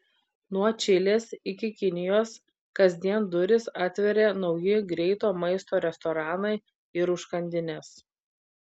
nuo čilės iki kinijos kasdien duris atveria nauji greito maisto restoranai ir užkandinės